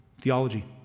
theology